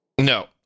No